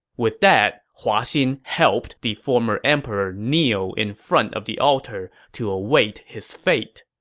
with that, hua xin helped the former emperor kneel in front of the altar to await his fate.